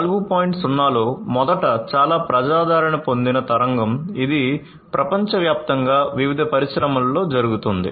0 లో మొదట చాలా ప్రజాదరణ పొందిన తరంగం ఇది ప్రపంచవ్యాప్తంగా వివిధ పరిశ్రమలలో జరుగుతోంది